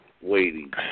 waiting